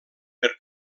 per